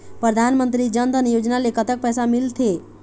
परधानमंतरी जन धन योजना ले कतक पैसा मिल थे?